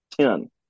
Ten